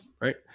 right